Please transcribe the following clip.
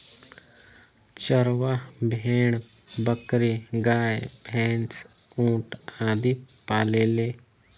चरवाह भेड़, बकरी, गाय, भैन्स, ऊंट आदि पालेले